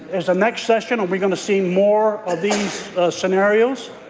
next session, are we going to see more of these scenarios?